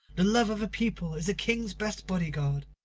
the love of a people is a king's best body-guard.